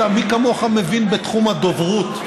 מי כמוך מבין בתחום הדוברות.